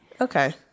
Okay